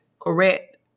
correct